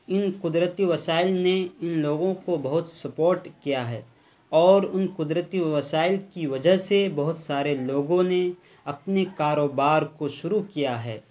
ان قدرتی وسائل میں ان لوگوں کو بہت سپورٹ کیا ہے اور ان قدرتی وسائل کی وجہ سے بہت سارے لوگوں نے اپنے کاروبار کو شروع کیا ہے